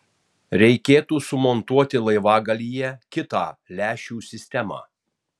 reikėtų sumontuoti laivagalyje kitą lęšių sistemą